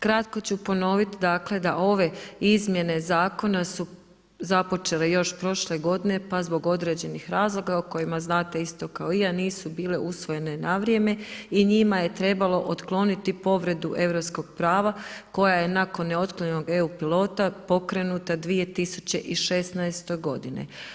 Kratko ću ponoviti da ove izmjene zakona su započele još prošle godine pa zbog određenih razloga o kojima znate isto kao i ja, nisu bile usvojene na vrijeme i njima je trebalo otkloniti povredu europskog prava koja je nakon neotklonjenog eu pilota pokrenuta 2016. godine.